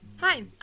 Hi